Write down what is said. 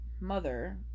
mother